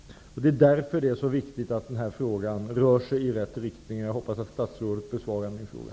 Därför är det så viktigt att denna fråga rör sig i rätt riktning. Jag hoppas att statsrådet besvarar min fråga.